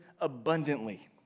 abundantly